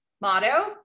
motto